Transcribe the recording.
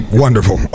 wonderful